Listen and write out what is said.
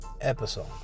episode